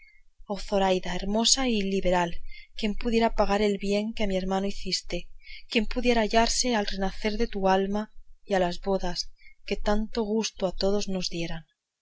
zoraida hermosa y liberal quién pudiera pagar el bien que a un hermano hiciste quién pudiera hallarse al renacer de tu alma y a las bodas que tanto gusto a todos nos dieran